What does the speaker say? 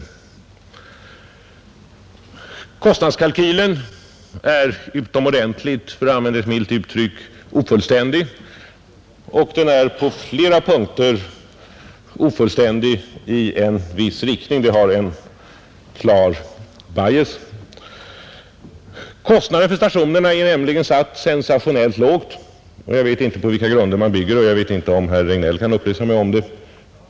Vidare är kostnadskalkylen ofullständig — för att använda ett milt uttryck — och den är på flera punkter ofullständig i en viss riktning; den har m. a. o. en klar bias, Kostnaderna för stationerna är nämligen satta sensationellt lågt. Jag vet inte på vilka grunder man bygger dessa kalkyler, och jag vet inte om herr Regnéll kan upplysa mig om det.